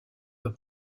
peut